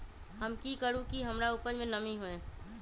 हम की करू की हमार उपज में नमी होए?